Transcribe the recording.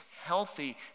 healthy